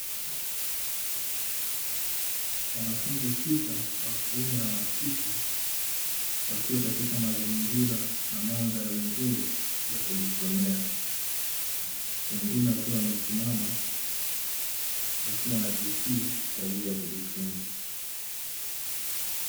Wanafunzi sita wa kiume na wa kike wakiwa katika mazingira na mandhari nzuri ya kujisomea .Wakiwa wamesimama wakiwa na komputa mpakato kwa ajili ya kujifunza.